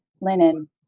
Linen